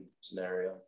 scenario